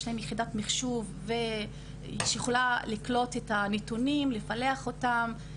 יש להם יחידת מחשוב שיכולה לקלוט את הנתונים ולפלח אותם.